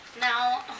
Now